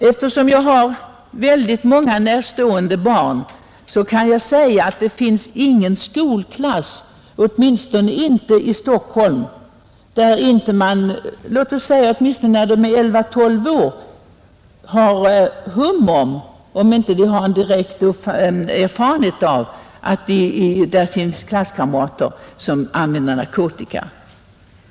Eftersom jag har väldigt många närstående barn kan jag säga, att det inte finns någon skolklass, åtminstone inte i Stockholm, där man inte i elva—tolvårsåldern har hum om — om inte direkt erfarenhet av — att det finns klasskamrater som använder narkotika.